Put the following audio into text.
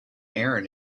aaron